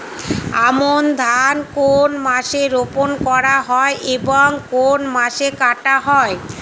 আমন ধান কোন মাসে রোপণ করা হয় এবং কোন মাসে কাটা হয়?